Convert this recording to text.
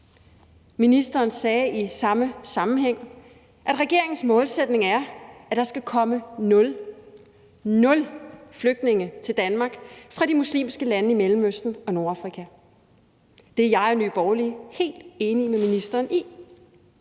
Ministeren sagde i samme sammenhæng, at regeringens målsætning er, at der skal komme nul – nul! – flygtninge til Danmark fra de muslimske lande i Mellemøsten og Nordafrika. Det er jeg og Nye Borgerlige helt enige med ministeren i.